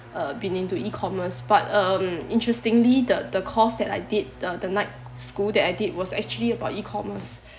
uh been into E commerce but um interestingly the the course that I did the the night school that I did was actually about E commerce